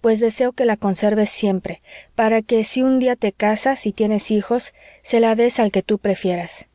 pues deseo que la conserves siempre para que si un día te casas y tienes hijos se la des al que tú prefieras